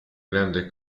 grande